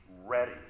ready